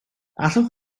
allwch